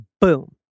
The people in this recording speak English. boom